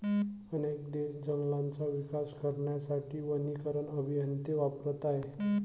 अनेक देश जंगलांचा विकास करण्यासाठी वनीकरण अभियंते वापरत आहेत